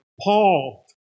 Paul